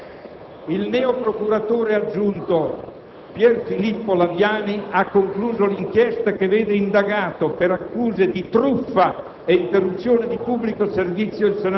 di agenzia che dice: «Il neoprocuratore aggiunto Pierfilippo Laviani ha concluso l'inchiesta che vede indagato per accuse di truffa